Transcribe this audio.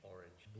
Orange